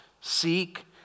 seek